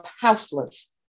Houseless